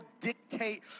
dictate